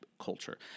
culture